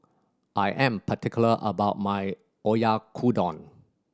I am particular about my Oyakodon